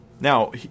now